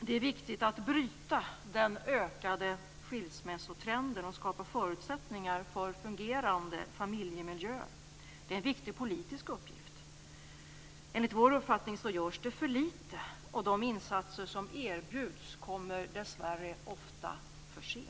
det är viktigt att bryta den ökande skilsmässotrenden och skapa förutsättningar för fungerande familjemiljöer. Det är en viktig politisk uppgift. Enligt vår uppfattning görs det för litet. De insatser som erbjuds kommer dessvärre ofta för sent.